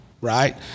right